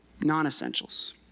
non-essentials